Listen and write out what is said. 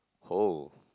oh